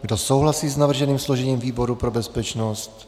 Kdo souhlasí s navrženým složením výboru pro bezpečnost?